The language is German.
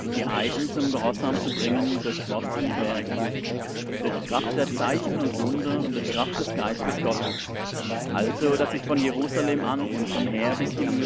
zum gehorsam zu bringen durch wort und werk durch kraft der zeichen und wunder und durch kraft des geistes gottes also daß ich von jerusalem an und umher bis